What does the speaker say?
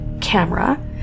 camera